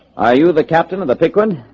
are you the captain of the pick one?